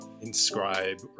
inscribe